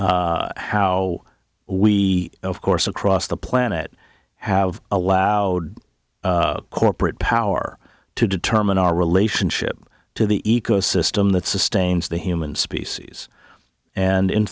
how we of course across the planet have allowed corporate power to determine our relationship to the ecosystem that sustains the human species and